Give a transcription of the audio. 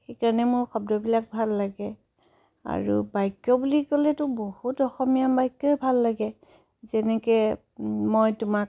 সেইকাৰণে মোৰ শব্দবোৰ ভাল লাগে আৰু বাক্য বুলি ক'লেতো বহুত অসমীয়া বাক্যই ভাল লাগে যেনেকে মই তোমাক